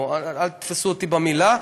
אל תתפסו אותי במילה,